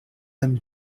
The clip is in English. them